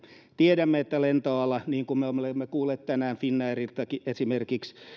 tiedämme että lentoala esimerkiksi niin kuin me olemme kuulleet tänään finnairiltakin